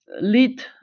lead